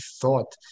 thought